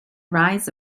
rise